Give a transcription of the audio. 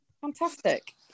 Fantastic